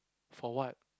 for what